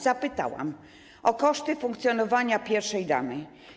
Zapytałam o koszty funkcjonowania pierwszej damy.